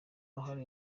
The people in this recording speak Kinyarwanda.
ruhare